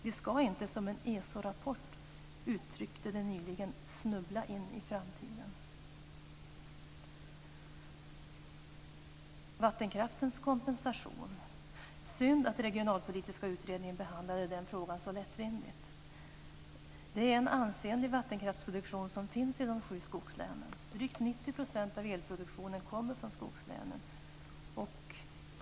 Vi ska inte som en ESO rapport uttryckte det nyligen snubbla in i framtiden. Det är synd att den regionalpolitiska utredningen behandlade frågan om vattenkraftens kompensation så lättvindigt. Det är en ansenlig vattenkraftsproduktion som finns i de sju skogslänen. Drygt 90 % av elproduktionen kommer från skogslänen.